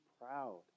proud